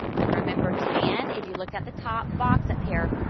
and remember, tan, if you look at the top box up here,